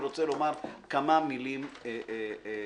אומר כמה מלים לפתיח,